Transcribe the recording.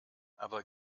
aber